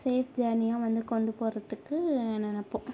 safe ஜர்னியாக வந்து கொண்டு போகறதுக்கு நினப்போம்